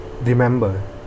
Remember